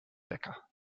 wecker